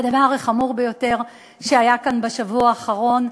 והדבר החמור ביותר שהיה כאן בשבוע האחרון,